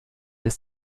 ist